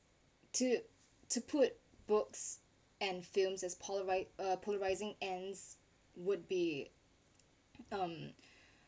to to put books and films as Polaroid um polarising ends would be um